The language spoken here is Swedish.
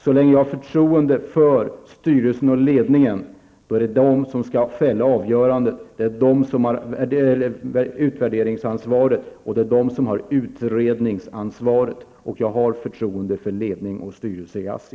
Så länge jag har förtroende för styrelsen och ledningen är det de som skall fälla avgörandet. De har utvärderingsansvaret och de har utredningsansvaret. Jag har förtroende för ledning och styrelse i ASSI.